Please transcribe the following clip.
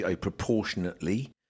proportionately